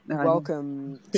Welcome